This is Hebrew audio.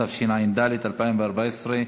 התשע"ד 2014,